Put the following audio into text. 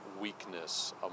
weakness